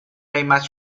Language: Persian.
قیمت